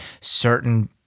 certain